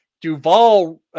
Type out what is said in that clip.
Duvall